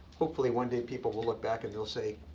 hopefully one day people will look back and they'll say,